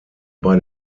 bei